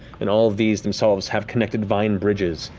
and all of these themselves have connected vine bridges.